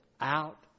out